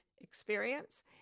experience